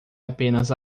apenas